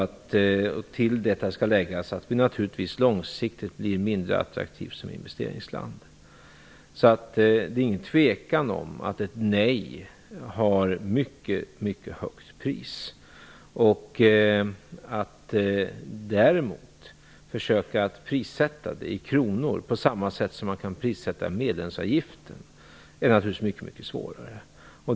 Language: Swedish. Till detta skall läggas att vårt land naturligtvis långsiktigt blir mindre attraktivt som investeringsland. Det råder alltså inget tvivel om att ett nej har ett mycket, mycket högt pris. Att däremot försöka prissätta det i kronor på samma sätt som man kan prissätta medlemsavgiften är naturligtvis väldigt mycket svårare.